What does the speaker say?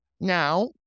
now